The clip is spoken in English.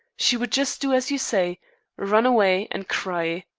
she would just do as you say run away and cry.